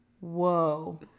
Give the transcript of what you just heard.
whoa